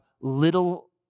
little